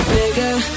Bigger